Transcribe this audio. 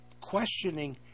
questioning